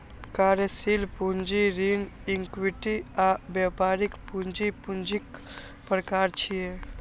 कार्यशील पूंजी, ऋण, इक्विटी आ व्यापारिक पूंजी पूंजीक प्रकार छियै